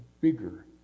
bigger